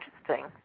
Interesting